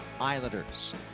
Islanders